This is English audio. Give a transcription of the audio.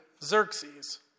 Xerxes